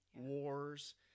wars